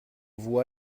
voix